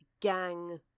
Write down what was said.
gang